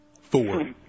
Four